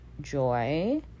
joy